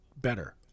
better